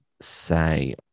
say